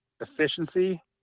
efficiency